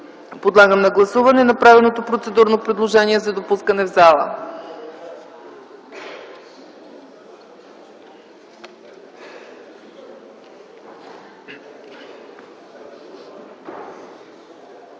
Подлагам на гласуване направеното процедурно предложение за допускане в залата.